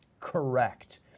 correct